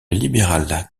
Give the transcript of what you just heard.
libéral